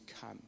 come